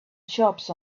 shops